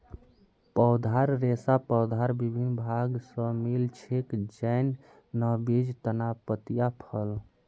पौधार रेशा पौधार विभिन्न भाग स मिल छेक, जैन न बीज, तना, पत्तियाँ, फल